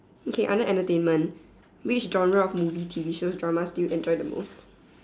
okay under entertainment which genre of movie T_V shows dramas do you enjoy the most